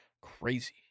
crazy